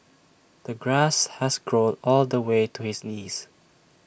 the grass has grown all the way to his knees